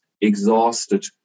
exhausted